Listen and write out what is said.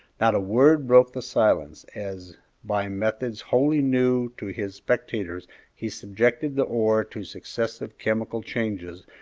not a word broke the silence as by methods wholly new to his spectators he subjected the ore to successive chemical changes,